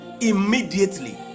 immediately